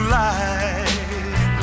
life